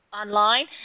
online